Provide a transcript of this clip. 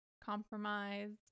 compromised